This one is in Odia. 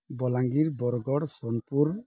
ବଲାଙ୍ଗୀର ବରଗଡ଼ ସୋନପୁର